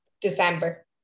December